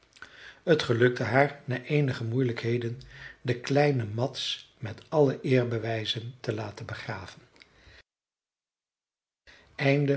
het gelukte haar na eenige moeilijkheden den kleinen mads met alle eerbewijzen te laten begraven